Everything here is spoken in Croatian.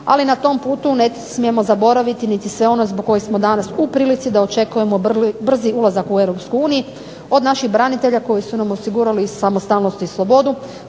Ali, na tom putu ne smijemo zaboraviti niti sve ono zbog kojih smo danas u prilici da očekujemo brzi ulazak u EU, od naših branitelja koji su nam osigurali samostalnost i slobodu